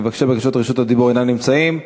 ומבקשי בקשות רשות הדיבור אינם נמצאים.